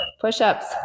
Push-ups